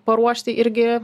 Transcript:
paruošti irgi